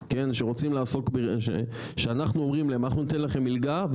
שרוצים לעסוק שאנחנו אומרים להם אנחנו ניתן לכם מלגה,